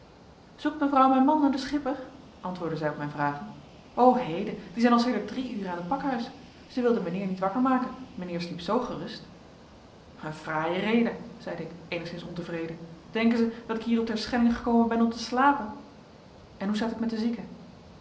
mijnheer mijn man en den schipper antwoordde zij op mijn vragen o heden die zijn al sedert drie uren aan het pakhuis zij wilden mijnheer niet wakker maken mijnheer sliep zoo gerust een fraaie reden zeide ik eenigszins ontevreden denken zij dat ik hier op terschelling gekomen ben om te slapen en hoe staat het met de zieke